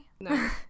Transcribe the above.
No